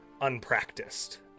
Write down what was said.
unpracticed